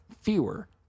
fewer